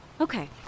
Okay